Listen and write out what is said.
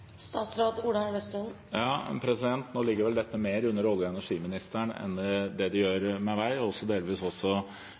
Nå ligger vel dette mer under olje- og energiministeren, delvis også finansministeren, enn